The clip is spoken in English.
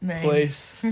place